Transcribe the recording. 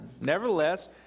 Nevertheless